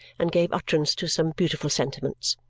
and gave utterance to some beautiful sentiments.